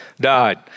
died